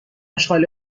اشغال